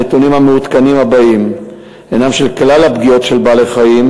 הנתונים המעודכנים הבאים הנם של כלל הפגיעות של בעלי-החיים